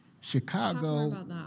Chicago